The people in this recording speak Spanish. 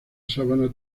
sabana